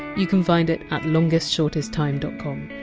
you can find it at longestshortesttime dot com.